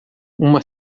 uma